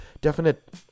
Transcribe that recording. definite